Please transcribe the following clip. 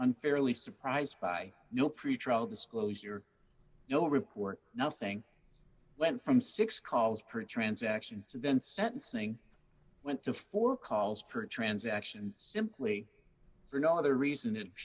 unfairly surprised by no pretrial disclosure no report nothing went from six calls per transaction to vent sentencing went to four calls per transaction simply for no other reason it